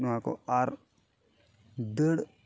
ᱱᱚᱣᱟ ᱠᱚ ᱟᱨ ᱫᱟᱹᱲ